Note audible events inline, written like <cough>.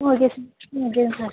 okay sir ம் <unintelligible> okay